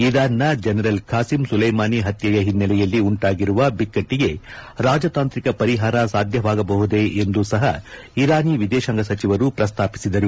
ಇರಾನ್ನ general Qasem Soleimani ಹತ್ಯೆಯ ಹಿನ್ನೆಲೆಯಲ್ಲಿ ಉಂಟಾಗಿರುವ ಬಿಕ್ಕಟ್ಟಿಗೆ ರಾಜತಾಂತ್ರಿಕ ಪರಿಹಾರ ಸಾಧ್ಯವಾಗಬಹುದೆ ಎಂದೂ ಸಹ ಇರಾನಿ ವಿದೇಶಾಂಗ ಸಚಿವರು ಪ್ರಸ್ತಾಪಿಸಿದರು